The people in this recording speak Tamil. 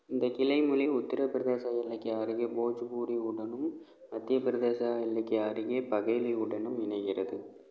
இந்த கிளைமொழி உத்திர பிரதேச எல்லைக்கு அருகே போஜ்புரியுடனும் மத்திய பிரதேச எல்லைக்கு அருகே பகேலியுடனும் இணைகிறது